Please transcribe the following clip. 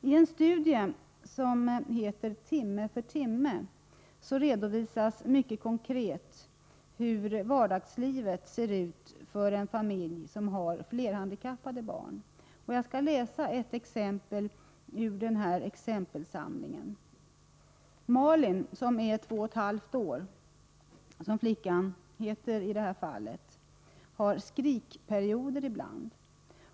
I en studie, som heter Timme för timme, redovisas mycket konkret hur vardagslivet ser ut för en familj som har flerhandikappade barn. Jag skall läsa upp ett avsnitt ur den exempelsamlingen. Malin, som är 2 1/2 år, heter flickan i det här fallet. Hon har skrikperioder ibland.